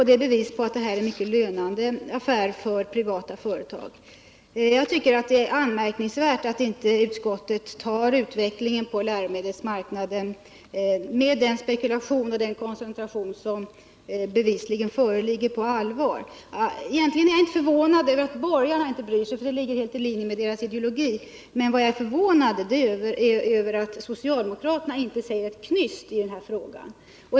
Det är bevis på att det är en mycket lönande affär för privata företag att producera och sälja läromedel. Jag tycker att det är anmärkningsvärt, med tanke på den spekulation och den koncentration som bevisligen föreligger, att utskottet inte tar utvecklingen på läromedelsmarknaden på allvar. Egentligen är jag inte förvånad över att borgarna inte bryr sig om det, för det ligger helt i linje med deras ideologi, men jag är förvånad över att socialdemokraterna inte säger ett knyst i den här frågan.